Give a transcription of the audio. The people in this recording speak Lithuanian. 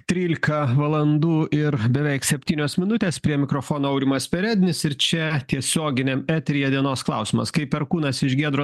trylika valandų ir beveik septynios minutės prie mikrofono aurimas perednis ir čia tiesioginiam eteryje dienos klausimas kaip perkūnas iš giedro